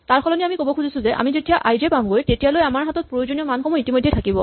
তাৰ সলনি আমি ক'ব খুজিছো যে আমি যেতিয়া আই জে পামগৈ তেতিয়ালৈ আমাৰ হাতত প্ৰয়োজনীয় মানসমূহ ইতিমধ্যে থাকিব